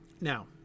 Now